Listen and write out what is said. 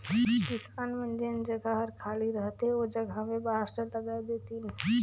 किसान मन जेन जघा हर खाली रहथे ओ जघा में बांस ल लगाय देतिन